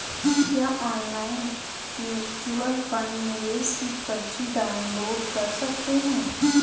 क्या online mutual fund निवेश की पर्ची डाउनलोड कर सकते हैं?